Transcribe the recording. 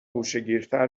گوشهگیرتر